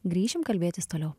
grįšim kalbėtis toliau